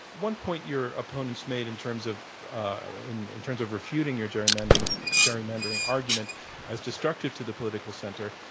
one point your opponents made in terms of ah in in terms of refuting your gerrymandering gerrymandering argument as destructive to the political center,